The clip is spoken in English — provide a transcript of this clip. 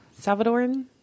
Salvadoran